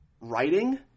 writing –